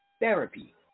therapy